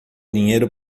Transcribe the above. dinheiro